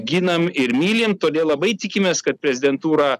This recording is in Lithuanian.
ginam ir mylim todėl labai tikimės kad prezidentūra